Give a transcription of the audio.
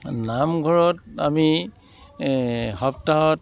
নামঘৰত আমি সপ্তাহত